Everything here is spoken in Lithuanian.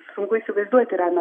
sunku įsivaizduoti ramią